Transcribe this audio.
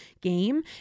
game